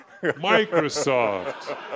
Microsoft